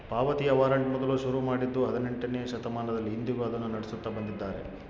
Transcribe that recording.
ಪಾವತಿಯ ವಾರಂಟ್ ಮೊದಲು ಶುರು ಮಾಡಿದ್ದೂ ಹದಿನೆಂಟನೆಯ ಶತಮಾನದಲ್ಲಿ, ಇಂದಿಗೂ ಅದನ್ನು ನಡೆಸುತ್ತ ಬಂದಿದ್ದಾರೆ